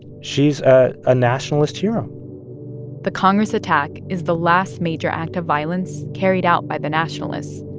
she's ah a nationalist hero the congress attack is the last major act of violence carried out by the nationalists.